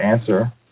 answer